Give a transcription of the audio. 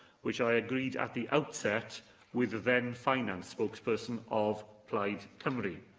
which i agreed at the outset with the then finance spokesperson of plaid cymru.